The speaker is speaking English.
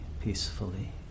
peacefully